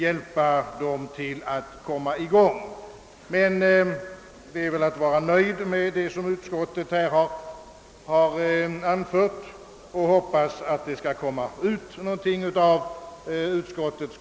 Emellertid får jag väl förklara mig nöjd med vad utskottet här har anfört och hoppas, att utskottets förmodan är riktig.